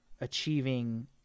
achieving